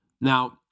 Now